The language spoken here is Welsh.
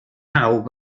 pawb